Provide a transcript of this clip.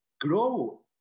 grow